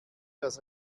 das